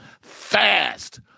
Fast